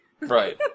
Right